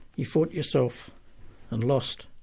you fought yourself and lost.